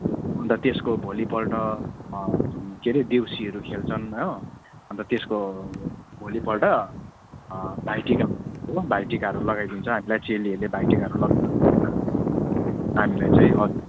अन्त त्यसको भोलिपल्ट अँ के अरे देउसीहरू खेल्छन् हो अन्त त्यसको भोलिपल्ट अँ भाइटिका हो भाइटिकाहरू लगाइदिन्छ हामीलाई चेलीहरूले भाइटिकाहरू लगाइदिन्छ हामीलाई चाहिँ हजुर